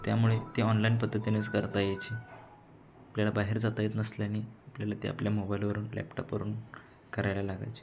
त्यामुळे ती ऑनलाईन पद्धतीनेच करता यायची आपल्याला बाहेर जाता येत नसल्याने आपल्याला ते आपल्या मोबाईलवरून लॅपटॉपवरून करायला लागायचे